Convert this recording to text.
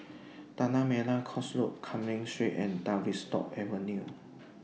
Tanah Merah Coast Road Cumming Street and Tavistock Avenue